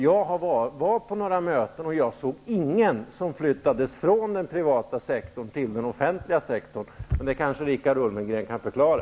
Jag var på några möten, och jag såg ingen som flyttades från den privata till den offentliga sektorn. Det kanske Richard Ulfvengren kan förklara.